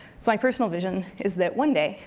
so my personal vision is that one day,